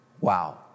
Wow